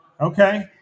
Okay